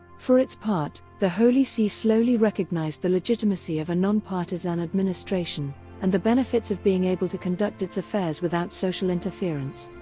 for its part, the holy see slowly recognized the legitimacy of a non-partisan administration and the benefits of being able to conduct its affairs without social interference.